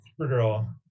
Supergirl